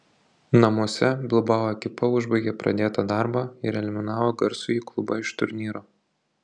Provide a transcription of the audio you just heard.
namuose bilbao ekipa užbaigė pradėtą darbą ir eliminavo garsųjį klubą iš turnyro